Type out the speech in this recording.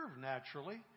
naturally